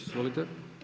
Izvolite.